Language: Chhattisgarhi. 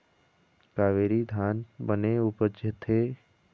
कावेरी धान बने उपजथे?